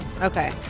Okay